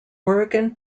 oregon